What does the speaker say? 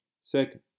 Second